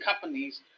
companies